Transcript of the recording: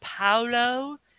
Paulo